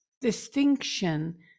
distinction